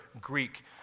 Greek